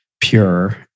pure